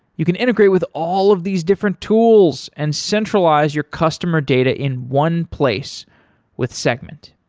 you can integrate with all of these different tools and centralize your customer data in one place with segment.